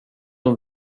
dem